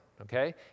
okay